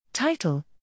Title